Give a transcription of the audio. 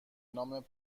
نام